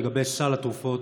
לגבי סל התרופות.